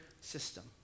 system